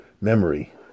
memory